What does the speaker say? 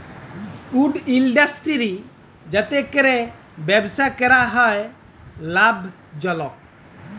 would industry যাতে ক্যরে ব্যবসা ক্যরা হ্যয় লাভজলক